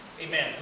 Amen